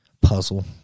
puzzle